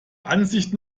ansicht